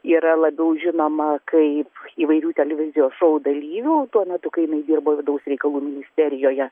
yra labiau žinoma kaip įvairių televizijos šou dalyviu tuo metu kai jinai dirbo vidaus reikalų ministerijoje